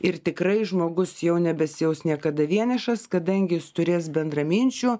ir tikrai žmogus jau nebesijaus niekada vienišas kadangi jis turės bendraminčių